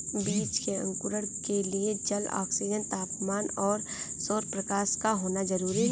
बीज के अंकुरण के लिए जल, ऑक्सीजन, तापमान और सौरप्रकाश का होना जरूरी है